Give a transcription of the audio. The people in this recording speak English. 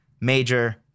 major